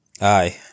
Aye